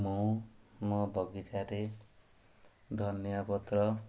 ମୁଁ ମୋ ବଗିଚାରେ ଧନିଆପତ୍ର